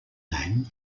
name